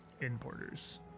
Importers